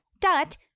dot